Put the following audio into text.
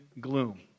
gloom